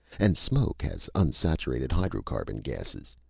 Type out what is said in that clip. and smoke has unsaturated hydrocarbon gases.